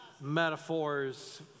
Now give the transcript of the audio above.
metaphors